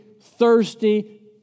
thirsty